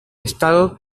estado